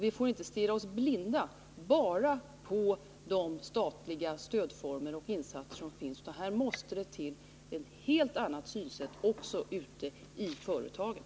Vi får inte stirra oss blinda bara på de statliga stödformer och insatser som finns. Det måste till ett helt annat synsätt också ute i företagen.